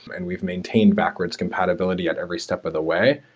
and we've maintained backwards compatibility at every step of the way.